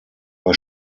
bei